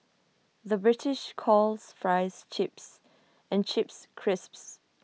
the British calls Fries Chips and Chips Crisps